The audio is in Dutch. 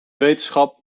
wetenschap